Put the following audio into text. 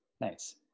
nice